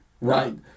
right